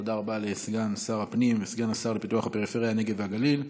תודה רבה לסגן שר הפנים וסגן השר לפיתוח הפריפריה הנגב והגליל.